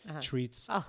treats